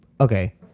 okay